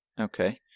Okay